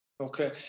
Okay